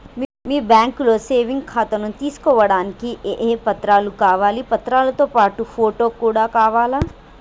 మీ బ్యాంకులో సేవింగ్ ఖాతాను తీసుకోవడానికి ఏ ఏ పత్రాలు కావాలి పత్రాలతో పాటు ఫోటో కూడా కావాలా?